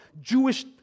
Jewish